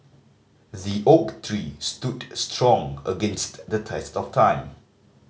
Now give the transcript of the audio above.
the oak tree stood strong against the test of time